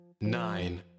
Nine